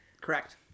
Correct